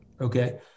okay